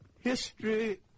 History